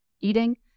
eating